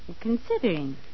Considering